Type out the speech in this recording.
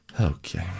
Okay